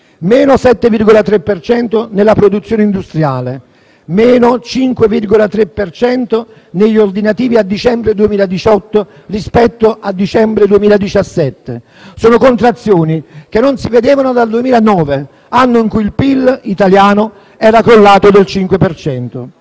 cento nella produzione industriale, -5,3 per cento negli ordinativi a dicembre 2018 rispetto a dicembre 2017. Sono contrazioni che non si vedevano dal 2009, anno in cui il PIL italiano era crollato del 5